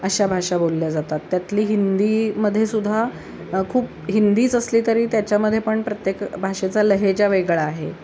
अशा भाषा बोलल्या जातात त्यातली हिंदीमध्ये सुद्धा खूप हिंदीच असली तरी त्याच्यामध्ये पण प्रत्येक भाषेचा लहेजा वेगळा आहे